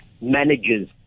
manages